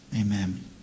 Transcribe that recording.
amen